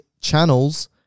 channels